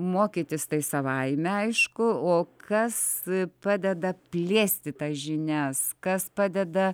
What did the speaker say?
mokytis tai savaime aišku o kas padeda plėsti tas žinias kas padeda